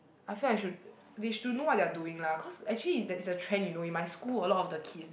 I feel I should they should know what they're doing lah cause actually is there's a trend you know in my school a lot of the kids